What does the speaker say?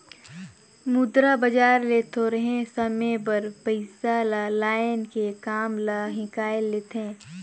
मुद्रा बजार ले थोरहें समे बर पइसा लाएन के काम ल हिंकाएल लेथें